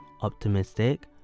optimistic